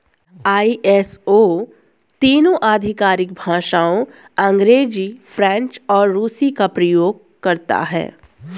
ISO तीन आधिकारिक भाषाओं अंग्रेजी, फ्रेंच और रूसी का प्रयोग करता है